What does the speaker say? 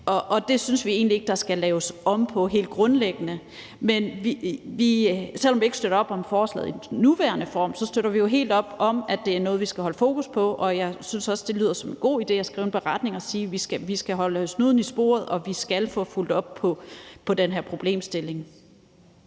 grundlæggende egentlig ikke at der skal laves om på. Men selv om vi ikke støtter op om forslaget i dets nuværende form, støtter vi jo helt op om, at det er noget, vi skal holde fokus på, og jeg synes også, at det lyder som en god idé at skrive en beretning og sige: Vi skal holde snuden i sporet, og vi skal have fulgt op på den her problemstilling.